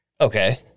Okay